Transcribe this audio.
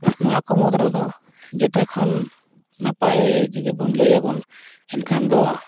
ᱱᱚᱣᱟ ᱠᱚ ᱢᱩᱫᱽ ᱨᱮᱫᱚ ᱡᱮᱛᱮ ᱠᱷᱚᱱ ᱱᱟᱯᱟᱭ ᱡᱩᱫᱤ ᱵᱚᱱ ᱞᱟᱹᱭᱟᱵᱚᱱ ᱮᱱᱠᱷᱟᱱ ᱫᱚ